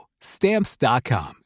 Stamps.com